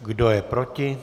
Kdo je proti?